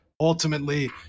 ultimately